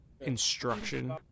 instruction